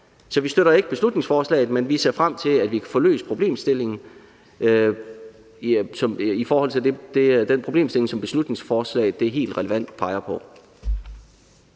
Så vi støtter ikke beslutningsforslaget, men vi ser frem til, at kan vi få løst problemstillingen, altså at vi kan få løst den problemstilling, som beslutningsforslaget helt relevant peger på.